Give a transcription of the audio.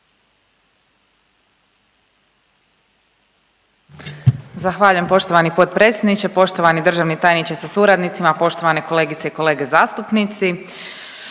Zahvaljujem poštovani potpredsjedniče, poštovani državni tajniče sa suradnicima, poštovane kolegice i kolege zastupnici.